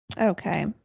Okay